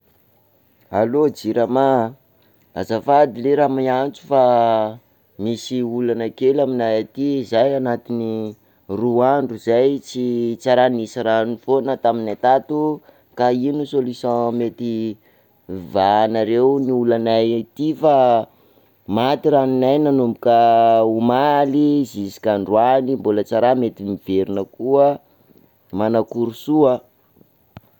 Allô jirama, azafady ley raha miantso fa misy olana kely aminay aty, zahay anatin'ny roa andro zay ts- tsa raha nisy rano foana taminay tato ka ino solution mety, vahanareo ny olanay aty fa maty ranonay nanomboka omaly zisk'androany, mbola tsa raha mety miverina koa, manakory soa